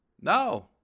No